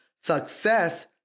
Success